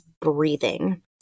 breathing